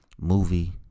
movie